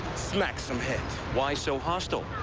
smack some heads. why so hostile?